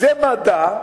זה מדע,